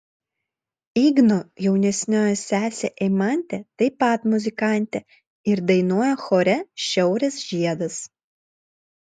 igno jaunesnioji sesė eimantė taip pat muzikantė ir dainuoja chore šiaurės žiedas